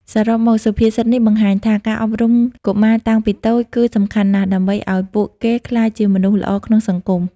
សរុបមកសុភាសិតនេះបង្ហាញថា ការអប់រំកុមារតាំងពីតូចគឺសំខាន់ណាស់ដើម្បីឲ្យពួកគេក្លាយជាមនុស្សល្អក្នុងសង្គម។